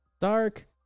Dark